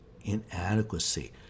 inadequacy